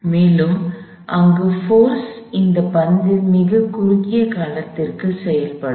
மேலும் இங்கு போர்ஸ் இந்த பந்தில் மிகக் குறுகிய காலத்திற்கு செயல்படும்